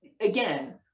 again